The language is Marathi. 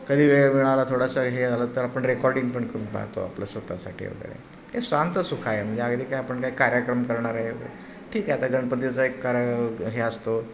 कधी वेळ मिळाला थोडासा हे झालं तर आपण रेकॉडिंग पण करून पाहतो आपलं स्वतःसाठी वगैरे हे स्वांत सुखाय म्हणजे अगदी काय आपण काय कार्यक्रम करणार आहे ठीक आहे आता गणपतीचा एक हे असतो